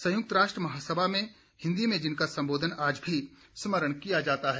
संयुक्त राष्ट्र महासभा में हिन्दी में जिनका संबोधन आज भी स्मरण किया जाता है